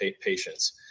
patients